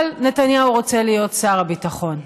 אבל נתניהו רוצה להיות שר הביטחון.